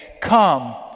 Come